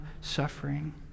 suffering